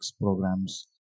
programs